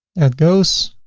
it goes.